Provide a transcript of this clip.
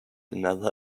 another